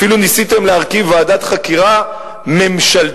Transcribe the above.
אפילו ניסיתם להרכיב ועדת חקירה ממשלתית,